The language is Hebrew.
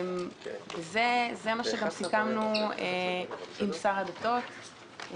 זה מה שסיכמנו עם שר הדתות,